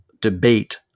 Debate